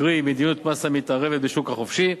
קרי מדיניות מס המתערבת בשוק החופשי,